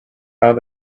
out